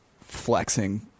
flexing